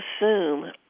assume